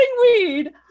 weed